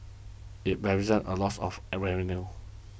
it represents a loss of a revenue